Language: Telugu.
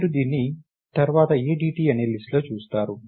మీరు దీన్ని తర్వాత adt అనే లిస్ట్లో చూస్తారు